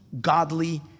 godly